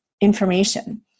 information